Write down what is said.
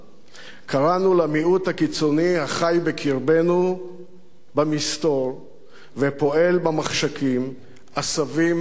קראנו למיעוט הקיצוני החי בקרבנו במסתור ופועל במחשכים "עשבים שוטים".